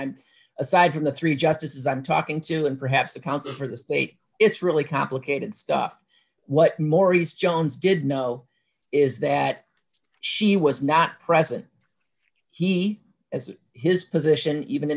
i'm aside from the three justices i'm talking to and perhaps a counsel for the state it's really complicated stuff what maurice jones did know is that she was not present he as his position even in